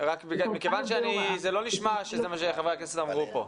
נשמע שזה מה שחברי הכנסת אמרו פה.